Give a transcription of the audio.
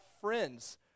friends